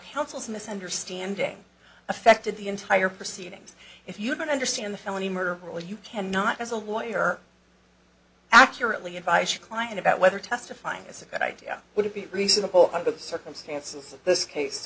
councils misunderstanding affected the entire proceedings if you don't understand the felony murder rule you cannot as a lawyer accurately advice a client about whether testifying is a good idea would it be reasonable under the circumstances of this case